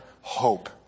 hope